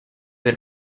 per